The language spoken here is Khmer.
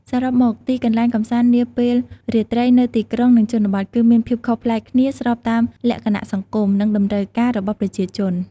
សរុបមក ទីកន្លែងកម្សាន្តពេលរាត្រីនៅទីក្រុង និងជនបទ គឺមានភាពខុសប្លែកគ្នាស្របតាមលក្ខណៈសង្គម និងតម្រូវការរបស់ប្រជាជន ។